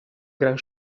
gran